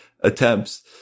attempts